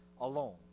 alone